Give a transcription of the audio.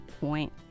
point